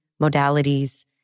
modalities